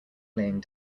laying